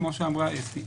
כמו שאמרה אסתי,